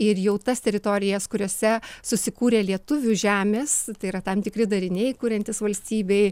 ir jau tas teritorijas kuriose susikūrė lietuvių žemės tai yra tam tikri dariniai kuriantis valstybei